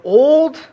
old